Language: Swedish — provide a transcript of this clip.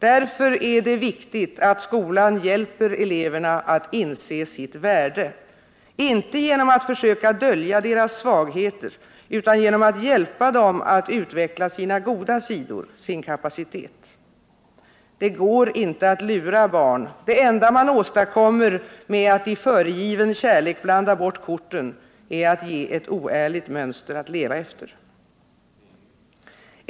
Därför är det viktigt att skolan hjälper eleverna att inse sitt värde, inte genom att försöka dölja deras svagheter utan genom att hjälpa dem att utveckla sina goda sidor, sin kapacitet. Det går inte att lura barn; det enda man åstadkommer med att i föregiven kärlek blanda bort korten är att ge ett oärligt mönster att leva efter.